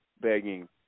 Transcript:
begging